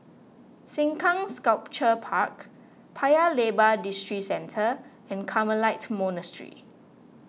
Sengkang Sculpture Park Paya Lebar Districentre and Carmelite Monastery